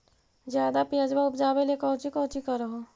ज्यादा प्यजबा उपजाबे ले कौची कौची कर हो?